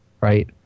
Right